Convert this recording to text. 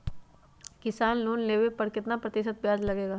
किसान लोन लेने पर कितना प्रतिशत ब्याज लगेगा?